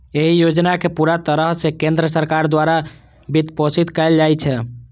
एहि योजना कें पूरा तरह सं केंद्र सरकार द्वारा वित्तपोषित कैल जाइ छै